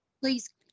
please